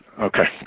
Okay